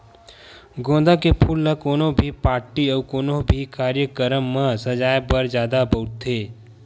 गोंदा के फूल ल कोनो भी पारटी या कोनो भी कार्यकरम म सजाय बर जादा बउरथे